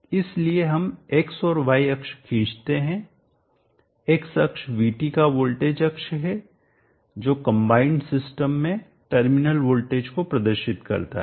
इसके लिए हम x और y अक्ष खींचते हैं x अक्ष VT का वोल्टेज अक्ष है जो कंबाइंड सिस्टम संयुक्त प्रणाली में टर्मिनल वोल्टेज को प्रदर्शित करता है